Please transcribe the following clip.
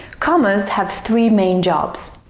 commas have three main jobs.